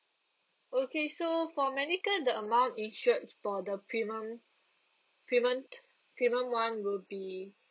okay so for medical the amount insured for the premium premium premium one will be